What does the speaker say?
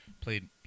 played